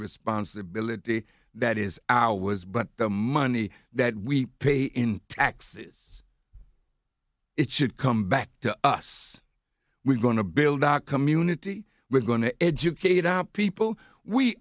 responsibility that is our was but the money that we pay in taxes it should come back to us we're going to build a community we're going to educate our people we